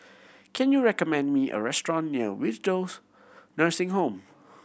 can you recommend me a restaurant near Nursing Home